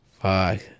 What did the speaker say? Fuck